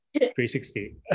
360